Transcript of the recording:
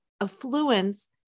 affluence